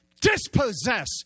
dispossess